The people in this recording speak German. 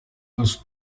wirst